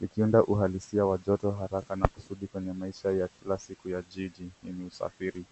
Likiunda ualisia wa joto haraka na kusudi penye maisha ya kila siku ya jiji yenye usafiri.